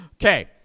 okay